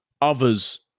others